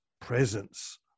presence